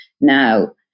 now